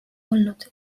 olnud